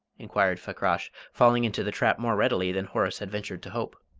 inquired fakrash, falling into the trap more readily than horace had ventured to hope.